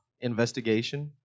investigation